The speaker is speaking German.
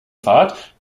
fahrt